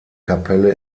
kapelle